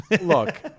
look